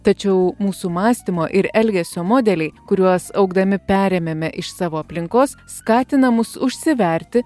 tačiau mūsų mąstymo ir elgesio modeliai kuriuos augdami perėmėme iš savo aplinkos skatina mus užsiverti